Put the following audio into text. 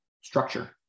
structure